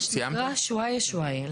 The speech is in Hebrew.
שוויה-שוויה.